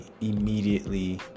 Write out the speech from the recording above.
immediately